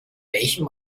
welchem